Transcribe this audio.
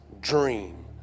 dream